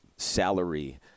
salary